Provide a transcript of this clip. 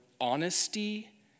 honesty